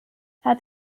hat